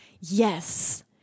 Yes